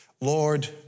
Lord